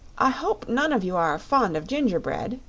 i hope none of you are fond of gingerbread,